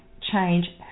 change